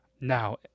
Now